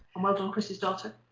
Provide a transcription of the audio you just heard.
well done chris's daughter.